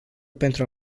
pentru